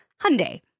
Hyundai